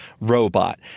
robot